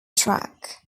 track